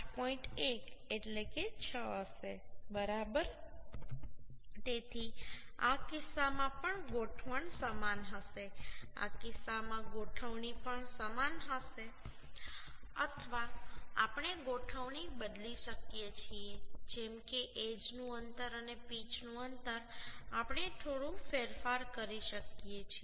1 એટલે કે 6 હશે બરાબર તેથી આ કિસ્સામાં પણ ગોઠવણ સમાન હશે આ કિસ્સામાં ગોઠવણી પણ સમાન હશે અથવા આપણે ગોઠવણી બદલી શકીએ છીએ જેમ કે એજ નું અંતર અને પીચનું અંતર આપણે થોડું ફેરફાર કરી શકીએ છીએ